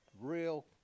Real